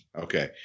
Okay